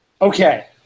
Okay